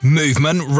movement